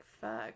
fuck